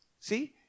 See